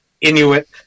Inuit